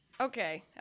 Okay